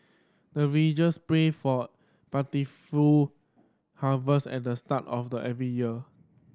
the villagers pray for plentiful harvest at the start of the every year